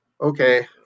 okay